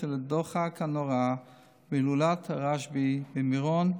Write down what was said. ולדוחק הנורא בהילולת הרשב"י במירון,